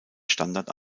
standard